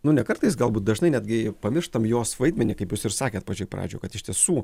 nu ne kartais galbūt dažnai netgi pamirštam jos vaidmenį kaip jūs ir sakėt pačioj pradžioj kad iš tiesų